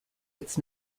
its